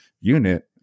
unit